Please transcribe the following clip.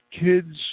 kids